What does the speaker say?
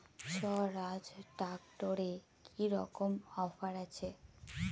স্বরাজ ট্র্যাক্টরে কি রকম অফার আছে?